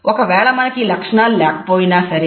ఒకవేళ మనకు ఈ లక్షణాలు లేకపోయినా సరే